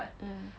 mm